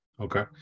Okay